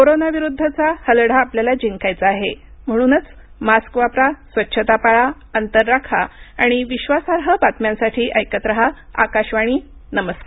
corona विरुद्धचा हा लढा आपल्याला जिंकायचा आहे म्हणूनच मास्क वापरा स्वच्छता पाळा अंतर राखा आणि विश्वासार्ह बातम्यांसाठी ऐकत रहा आकाशवाणी नमस्कार